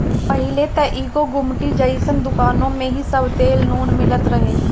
पहिले त एगो गुमटी जइसन दुकानी में ही सब तेल नून मिलत रहे